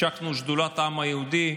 השקנו את שדולת העם היהודי,